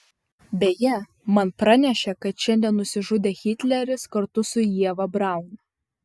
beje man pranešė kad šiandien nusižudė hitleris kartu su ieva braun